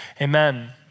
amen